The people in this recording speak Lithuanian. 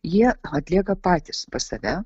jie atlieka patys pas save